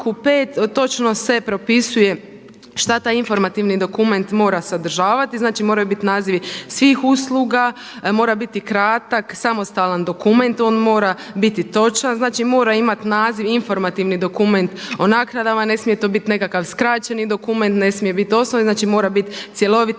5., točno se propisuje šta taj informativni dokument mora sadržavati. Znači moraju biti nazivi svih usluga, mora biti kratak, samostalan dokument, on mora biti točan, znači mora imati naziv informativni dokument o naknadama, ne smije to biti nekakav skraćeni dokument, ne smije biti osnovni, znači mora biti cjeloviti